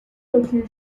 aucune